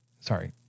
sorry